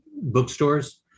bookstores